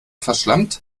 verschlampt